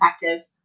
effective